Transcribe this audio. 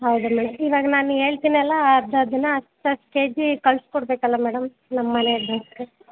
ಹೌದಾ ಮೇಡಮ್ ಇವಾಗ ನಾನು ಹೇಳ್ತಿನಲ್ಲ ಅದು ಅದನ್ನ ಹತ್ತು ಹತ್ತು ಕೆ ಜಿ ಕಳ್ಸಿ ಕೊಡಬೇಕಲ್ಲ ಮೇಡಮ್ ನಮ್ಮ ಮನೆ ಅಡ್ರೆಸ್ಗೆ